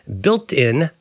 Built-in